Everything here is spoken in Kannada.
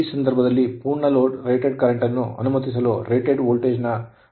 ಈಗ ಈ ಸಂದರ್ಭದಲ್ಲಿ ಪೂರ್ಣ ಲೋಡ್ ರೇಟೆಡ್ ಕರೆಂಟ್ ಅನ್ನು ಅನುಮತಿಸಲು ರೇಟೆಡ್ ವೋಲ್ಟೇಜ್ ನ 5 ರಿಂದ 8 ಪ್ರತಿಶತದ ಅಗತ್ಯವಿದೆ